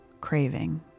craving